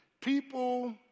people